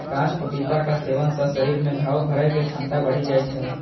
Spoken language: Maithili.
कांच पपीताक सेवन सं शरीर मे घाव भरै के क्षमता बढ़ि जाइ छै